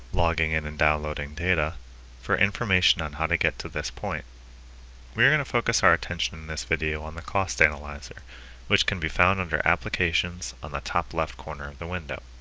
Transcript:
logging in and downloading data for information on how to get to this point we are going to focus our attention in this video on the cost analyzer which can be found under applications on the top left corner of the window